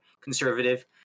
conservative